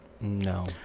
No